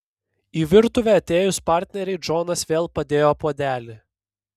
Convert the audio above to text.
į virtuvę atėjus partnerei džonas vėl padėjo puodelį